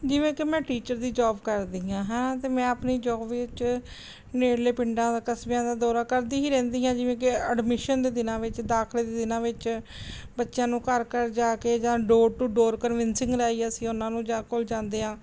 ਜਿਵੇਂ ਕਿ ਮੈਂ ਟੀਚਰ ਦੀ ਜੋਬ ਕਰਦੀ ਹਾਂ ਹੈ ਨਾ ਅਤੇ ਮੈਂ ਆਪਣੀ ਜੋਬ ਵਿੱਚ ਨੇੜਲੇ ਪਿੰਡਾਂ ਦਾ ਕਸਬਿਆਂ ਦਾ ਦੌਰਾ ਕਰਦੀ ਹੀ ਰਹਿੰਦੀ ਹਾਂ ਜਿਵੇਂ ਕਿ ਐਡਮਿਸ਼ਨ ਦੇ ਦਿਨਾਂ ਵਿੱਚ ਦਾਖਲੇ ਦੇ ਦਿਨਾਂ ਵਿੱਚ ਬੱਚਿਆਂ ਨੂੰ ਘਰ ਘਰ ਜਾ ਕੇ ਜਾਂ ਡੋਰ ਟੂ ਡੋਰ ਕਨਵਿਨਸਿੰਗ ਅਸੀਂ ਉਹਨਾਂ ਨੂੰ ਜਾਂ ਕੋਲ ਜਾਂਦੇ ਹਾਂ